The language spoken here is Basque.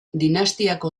dinastiako